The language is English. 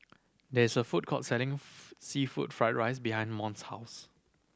there is a food court selling seafood fried rice behind Mont's house